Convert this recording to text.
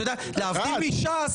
להבדיל מש"ס,